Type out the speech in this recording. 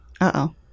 Uh-oh